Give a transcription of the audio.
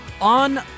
On